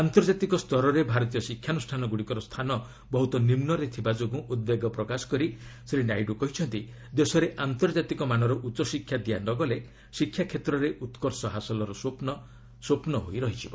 ଆନ୍ତର୍ଜାତିକ ସ୍ତରରେ ଭାରତୀୟ ଶିକ୍ଷାନୁଷାନଗୁଡ଼ିକର ସ୍ଥାନ ବହୁତ ନିମ୍ନରେ ଥିବା ଯୋଗୁଁ ଉଦ୍ବେଗ ପ୍ରକାଶ କରି ଶ୍ରୀ ନାଇଡୁ କହିଛନ୍ତି ଦେଶରେ ଆନ୍ତର୍ଜାତିକ ମାନର ଉଚ୍ଚଶିକ୍ଷା ଦିଆ ନ ଗଲେ ଶିକ୍ଷାକ୍ଷେତ୍ରରେ ଉତ୍କର୍ଷ ହାସଲ ସ୍ୱପ୍ନ ହୋଇ ରହିଯିବ